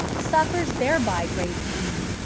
suffers thereby great pain,